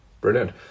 Brilliant